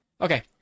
Okay